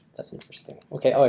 that's interesting. okay. okay,